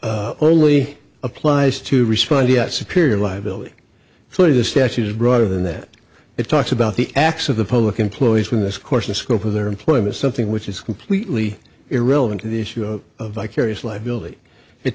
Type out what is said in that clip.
is only applies to respond yet superior liability so to the statute is broader than that it talks about the acts of the public employees when this course the scope of their employment something which is completely irrelevant to the issue of vicarious liability it